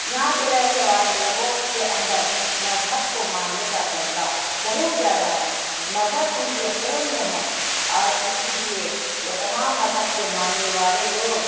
یہاں کے رہنے والے لوگوں کے اندر مذہب کو ماننے کا جذبہ بہت زیادہ ہے مذہب ان کے خون میں ہیں اور اسی لیے وہ تمام مذہب کے ماننے والے لوگ